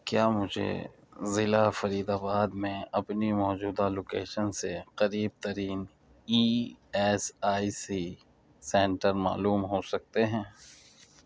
کیا مجھے ضلع فرید آباد میں اپنی موجودہ لوکیشن سے قریب ترین E S I C centre معلوم ہو سکتے ہیں